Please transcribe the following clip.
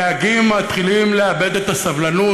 הנהגים מתחילים לאבד את הסבלנות.